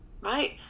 right